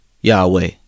Yahweh